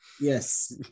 yes